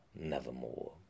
nevermore